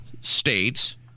states